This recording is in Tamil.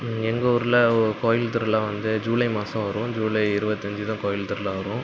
எங்கள் ஊரில் ஒரு கோவில் திருவிழா வந்து ஜூலை மாதம் வரும் ஜூலை இருபத்தஞ்சி தான் கோவில் திருவிழா வரும்